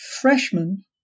freshman